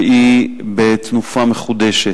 והיא בתנופה מחודשת.